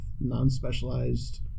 non-specialized